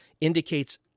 indicates